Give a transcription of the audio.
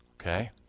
Okay